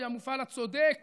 היא המפעל הצודק